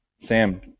Sam